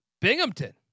Binghamton